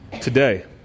today